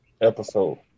episode